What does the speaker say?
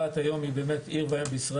רהט היא עיר גדולה בישראל,